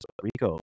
Rico